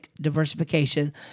diversification